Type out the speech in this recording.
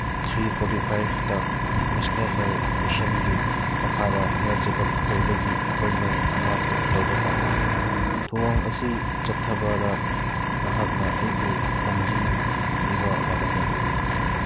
three forty ꯐꯥꯏꯚꯇ national health ꯃꯤꯁꯟꯒꯤ ꯃꯈꯥꯗ ꯍꯦꯜ ꯆꯦꯛꯀꯞ ꯇꯧꯕꯒꯤ ꯑꯦꯄꯣꯏꯟꯃꯦꯟ ꯑꯃ ꯕꯨꯛ ꯇꯧꯕ ꯄꯥꯝꯃꯤ ꯊꯧꯑꯣꯡ ꯑꯁꯤ ꯆꯠꯊꯕꯗ ꯅꯍꯥꯛꯅ ꯑꯩꯕꯨ ꯂꯝꯖꯤꯡꯕꯤꯕ ꯌꯥꯒꯗ꯭ꯔ